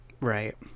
Right